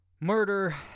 murder